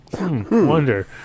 wonder